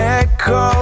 echo